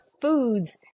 foods